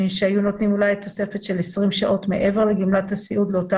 שהיו נותנים אולי תוספת של 20 שעות מעבר לגמלת הסיעוד לאותה